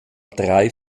drei